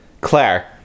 Claire